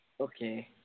Okay